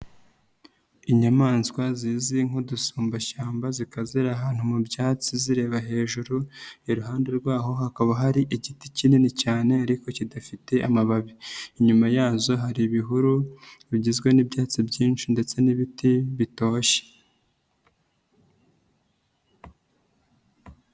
Inyamaswa zizwi nk'udusumbashyamba zikaba zira ahantu mu byatsi zireba hejuru, iruhande rwaho hakaba hari igiti kinini cyane ariko kidafite amababi, inyuma yazo hari ibihuru bigizwe n'ibyatsi byinshi ndetse n'ibiti bitoshye.